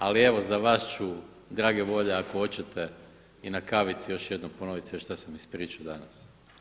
Ali evo za vas ću drage volje ako hoćete i na kavici još jednom ponoviti sve što sam ispričao danas.